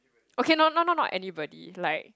okay no not not not anybody like